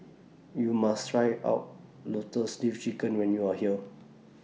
YOU must Try out Lotus Leaf Chicken when YOU Are here